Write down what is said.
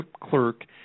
clerk